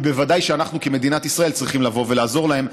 ובוודאי שאנחנו כמדינת ישראל צריכים לבוא ולעזור להם.